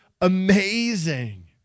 amazing